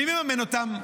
מי מממן אותם?